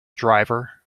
driver